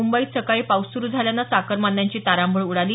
मुंबईत सकाळी पाऊस सुरु झाल्यानं चाकरमान्यांची तारांबळ उडाली